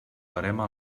verema